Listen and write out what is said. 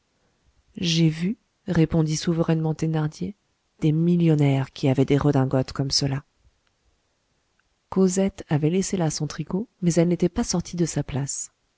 j'ai vu répondit souverainement thénardier des millionnaires qui avaient des redingotes comme cela cosette avait laissé là son tricot mais elle n'était pas sortie de sa place